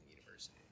university